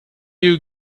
you